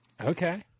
Okay